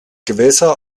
gewässer